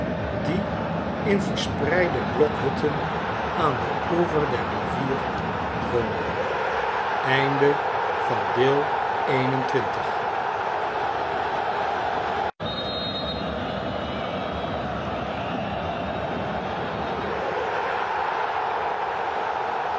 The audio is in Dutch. die in verspreide blokhutten aan den oever der rivier woonden